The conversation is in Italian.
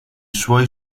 suoi